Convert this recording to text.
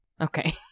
Okay